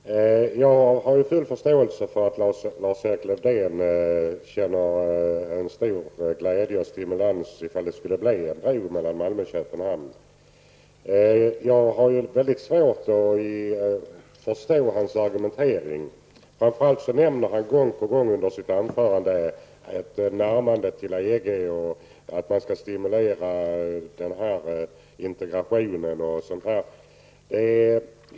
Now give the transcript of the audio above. Fru talman! Jag har full förståelse för att Lars-Erik Lövdén känner stor glädje och stimulans om det blir en bro mellan Malmö och Köpenhamn. Men jag har mycket svårt att förstå hans argumentering. Han talar i sitt anförande gång på gång om ett närmande till EG, att man skall stimulera integrationen osv.